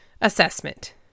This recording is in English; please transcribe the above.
Assessment